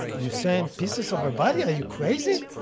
you send pieces of her body! are you crazy!